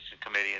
committee